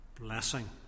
blessing